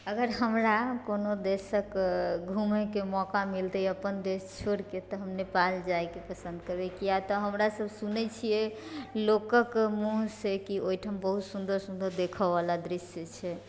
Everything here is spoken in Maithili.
अगर हमरा कोनो देशके घूमैके मौका मिलतै अपन देश छोड़िके तऽ हम नेपाल जायके पसन्द करबै किया तऽ हमरा सब सुनै छियै लोकके मुँहसँ की ओइठाम बहुत सुन्दर सुन्दर देखैवला दृश्य छै